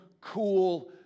cool